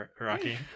Rocky